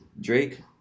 Drake